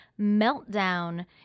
Meltdown